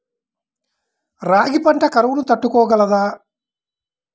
రాగి పంట కరువును తట్టుకోగలదా?